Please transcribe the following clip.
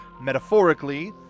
metaphorically